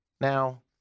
Now